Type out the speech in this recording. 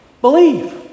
believe